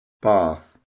Bath